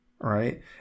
Right